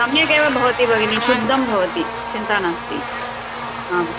सम्यगेव भवति भगिनि शुद्धं भवति चिन्ता नास्ति आम्